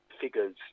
figures